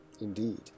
indeed